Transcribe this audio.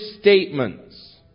statements